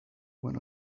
one